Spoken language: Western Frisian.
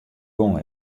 gong